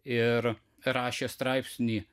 ir rašė straipsnį